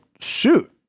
shoot